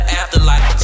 afterlife